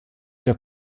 der